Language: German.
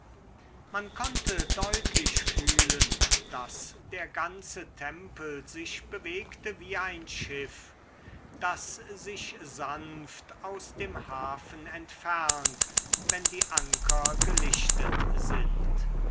man konnte deutlich fühlen daß der ganze tempel sich bewegte wie ein schiff das sich sanft aus dem hafen entfernt wenn die anker gelichtet sind